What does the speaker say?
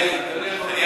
חזן.